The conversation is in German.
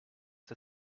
der